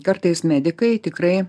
kartais medikai tikrai